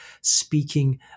speaking